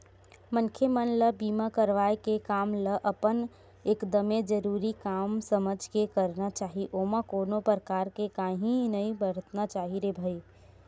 मनखे मन ल बीमा करवाय के काम ल अपन एकदमे जरुरी काम समझ के करना चाही ओमा कोनो परकार के काइही नइ बरतना चाही रे भई